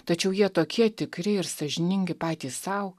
tačiau jie tokie tikri ir sąžiningi patys sau